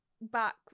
back